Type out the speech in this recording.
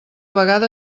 vegada